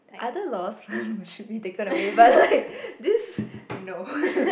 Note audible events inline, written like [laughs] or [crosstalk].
other lost should be taken away but like this no [laughs]